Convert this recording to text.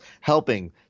helping